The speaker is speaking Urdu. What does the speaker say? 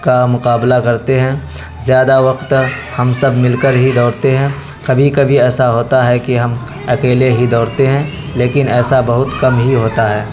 کا مقابلہ کرتے ہیں زیادہ وقت ہم سب مل کر ہی دوڑتے ہیں کبھی کبھی ایسا ہوتا ہے کہ ہم اکیلے ہی دوڑتے ہیں لیکن ایسا بہت کم ہی ہوتا ہے